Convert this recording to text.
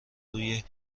روی